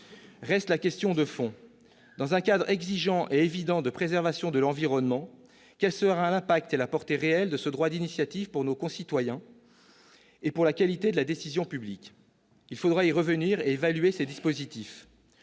Reste la question de fond. Dans un cadre exigeant et évident de préservation de l'environnement, quels seront l'impact et la portée réels de ce droit d'initiative pour nos concitoyens et pour la qualité de la décision publique ? Il faudra y revenir et évaluer ces dispositifs.